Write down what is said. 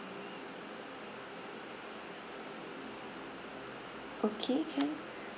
okay can